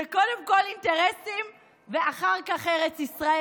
זה קודם כול אינטרסים ואחר כך ארץ ישראל.